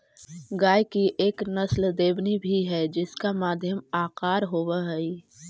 गाय की एक नस्ल देवनी भी है जिसका मध्यम आकार होवअ हई